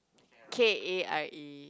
K_A_R_A